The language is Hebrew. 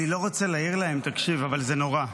אני לא רוצה להעיר להם, אבל זה נורא.